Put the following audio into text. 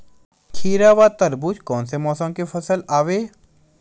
खीरा व तरबुज कोन से मौसम के फसल आवेय?